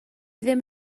ddim